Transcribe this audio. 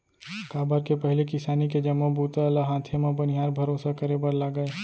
काबर के पहिली किसानी के जम्मो बूता ल हाथे म बनिहार भरोसा करे बर लागय